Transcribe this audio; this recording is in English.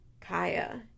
Kaya